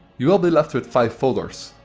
you will be left with five folders.